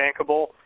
bankable